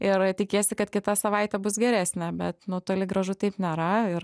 ir tikiesi kad kita savaitė bus geresnė bet nu toli gražu taip nėra ir